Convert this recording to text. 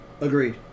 Agreed